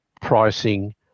pricing